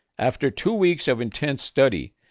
after two weeks of intense study,